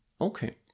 okay